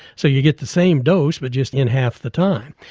so you get the same dose but just in half the time.